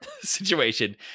situation